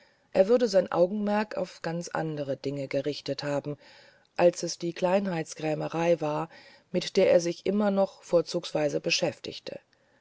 er würde sein augenmerk auf ganz andere dinge gerichtet haben als es die kleinigkeitskrämerei war mit der er sich immer noch vorzugsweise beschäftigte